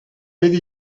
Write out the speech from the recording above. vedi